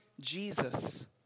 Jesus